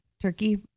turkey